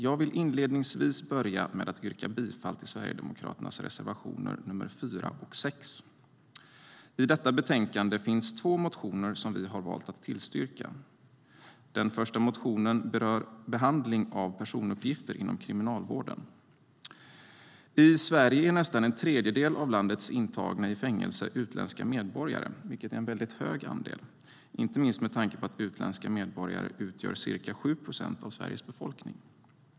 Jag vill inledningsvis yrka bifall till Sverigedemokraternas reservationer nr 4 och 6. I detta betänkande behandlas två motioner som vi valt att tillstyrka. Den första rör behandling av personuppgifter inom Kriminalvården. I Sverige är nästan en tredjedel av landets intagna i fängelse utländska medborgare. Det är en mycket hög andel, inte minst med tanke på att utländska medborgare utgör ca 7 procent av Sveriges befolkning.